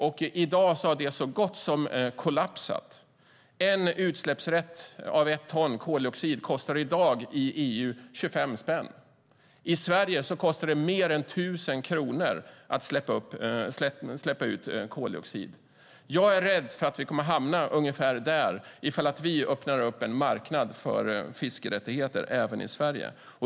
I dag har det så gott som kollapsat. En utsläppsrätt för 1 ton koldioxid i EU kostar i dag 25 kronor. I Sverige kostar det mer än 1 000 kronor att släppa ut koldioxid. Jag är rädd för att vi kommer att hamna ungefär där om vi öppnar en marknad för fiskerättigheter även i Sverige.